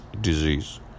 disease